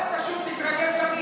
שמעתי אותך.